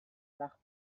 nach